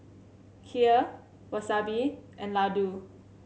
Kheer Wasabi and Ladoo